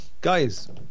guys